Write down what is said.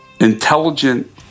intelligent